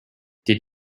did